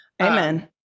amen